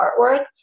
artwork